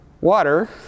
water